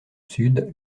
sud